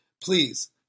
please